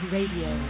Radio